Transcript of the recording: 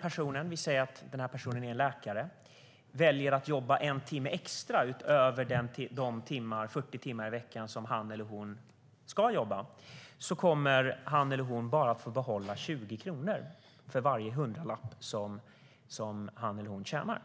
kan säga att det är en läkare - och som väljer att jobba en timme extra utöver de 40 timmar i veckan som han eller hon ska jobba bara kommer att få behålla 20 kronor för varje hundralapp som han eller hon tjänar.